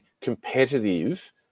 competitive